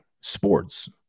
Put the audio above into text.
sports